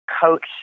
coach